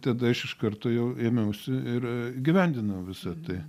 tada aš iš karto jau ėmiausi ir įgyvendinau visa tai